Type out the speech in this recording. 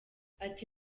ati